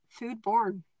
foodborne